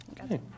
Okay